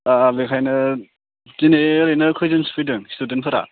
दा बेनिखायनो दिनै ओरैनो खैजोनसो फैदों स्टुदेन्टफोरा